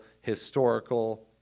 historical